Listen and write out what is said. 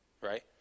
right